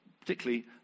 particularly